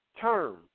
term